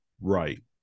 Right